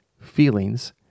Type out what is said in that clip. feelings